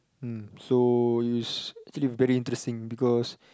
mm so you actually very interesting because